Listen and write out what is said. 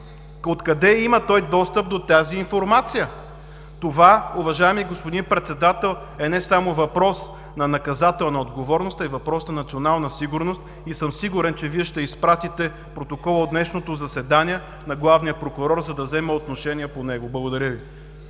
От къде има той достъп до тази информация? Това, уважаеми господин Председател, е не само въпрос на наказателна отговорност, а и въпрос на национална сигурност и съм сигурен, че Вие ще изпратите протокола от днешното заседание на главния прокурор, за да вземе отношение по него. Благодаря Ви.